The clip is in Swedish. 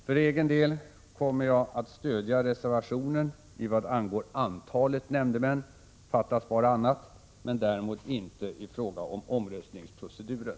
För egen del kommer jag att stödja reservationen i vad angår antalet nämndemän — fattas bara annat —, däremot inte i fråga om omröstningsproceduren.